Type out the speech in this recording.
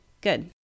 Good